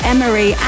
Emery